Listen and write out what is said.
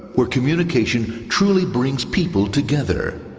where communication truly brings people together.